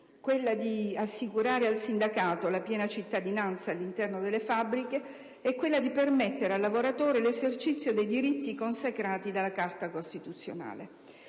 quella di assicurare al sindacato la piena cittadinanza all'interno delle fabbriche e quella di permettere al lavoratore l'esercizio dei diritti consacrati dalla Carta costituzionale.